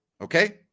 okay